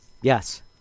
Yes